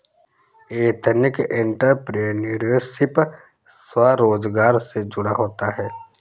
ethnic entrepreneurship स्वरोजगार से जुड़ा होता है